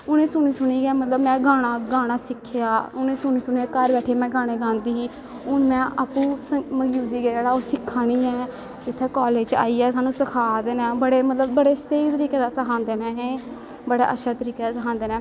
उनेंगी सुनी सुनी गै में मतलव गाना गाना सिक्खेआ उनेंगी सुनी सुनियैं में घर बैठियै गाने गांदी ही हून में आपू मतलव म्यूजिक ऐ जेह्ड़ा सिक्खा नी ऐं इत्थें कालेज़ च आईयै साह्नू सखादे नै बड़े मतलव बड़े स्हेई तरीके दा सखांदे नै बड़ा अच्छै तरीके दा सखांदे नै